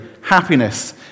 happiness